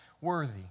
worthy